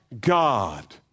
God